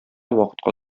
вакытка